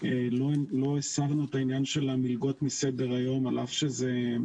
לא הסרנו את העניין של המלגות מסדר היום על אף שזה..